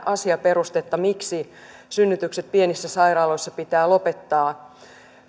asiaperustetta miksi synnytykset pienissä sairaaloissa pitää lopettaa